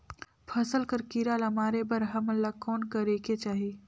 फसल कर कीरा ला मारे बर हमन ला कौन करेके चाही?